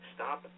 Stop